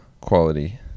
quality